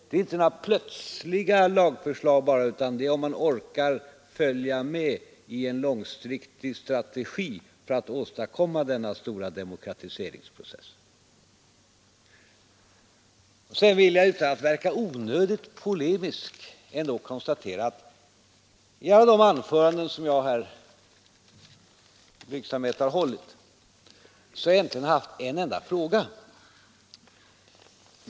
Det kan inte bara plötsligt läggas fram fondens förvaltning, m.m. lagförslag, utan vi måste orka följa med i en långsiktig strategi för att åstadkomma denna stora demokratiseringsprocess. Utan att verka onödigt polemisk vill jag ändå konstatera att jag i alla de anföranden som jag här i blygsamhet har hållit egentligen har haft en enda fråga.